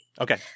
Okay